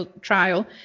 Trial